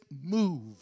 move